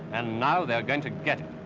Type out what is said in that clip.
and now they're going to get it.